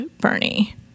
Bernie